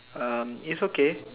um it's okay